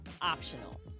optional